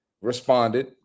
responded